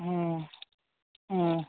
ହଁ ହଁ